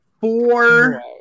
four